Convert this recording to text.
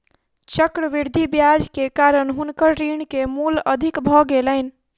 चक्रवृद्धि ब्याज के कारण हुनकर ऋण के मूल अधिक भ गेलैन